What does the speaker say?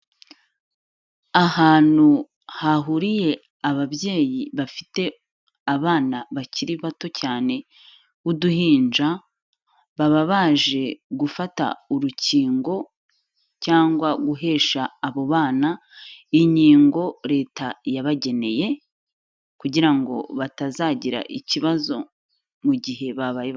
Ahantu hahuriye ababyeyi bafite abana bakiri bato cyane b'uduhinja, baba baje gufata urukingo cyangwa guhesha abo bana inkingo leta yabageneye kugira ngo batazagira ikibazo mu gihe babayemo.